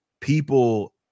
people